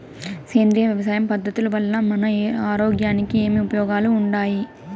సేంద్రియ వ్యవసాయం పద్ధతుల వల్ల మన ఆరోగ్యానికి ఏమి ఉపయోగాలు వుండాయి?